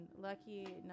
lucky